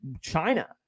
China